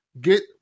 get